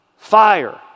Fire